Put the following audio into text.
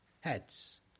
heads